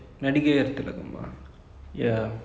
Nadigaiyar Thilagam thilagam mm